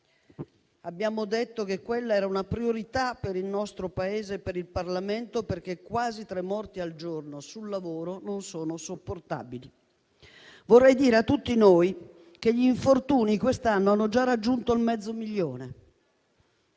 abbiamo detto che quella era una priorità per il nostro Paese e per il Parlamento, perché quasi tre morti al giorno sul lavoro non sono sopportabili. Vorrei dire a tutti noi che gli infortuni quest'anno hanno già raggiunto il mezzo milione.